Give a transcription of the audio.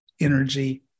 energy